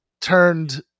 turned